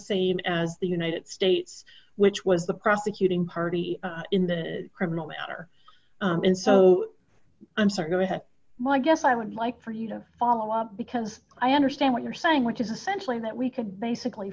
same as the united states which was the prosecuting party in the criminal matter and so i'm sorry go ahead my guess i would like for you no follow up because i understand what you're saying which is essentially that we could basically